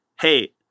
hey